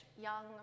young